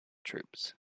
troops